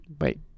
Wait